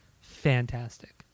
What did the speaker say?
fantastic